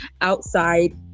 outside